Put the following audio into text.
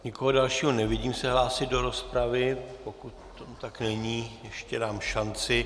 Nikoho dalšího nevidím se hlásit do rozpravy, tak nyní ještě dám šanci.